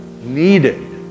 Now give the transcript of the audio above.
needed